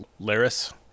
Laris